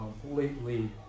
completely